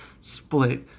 split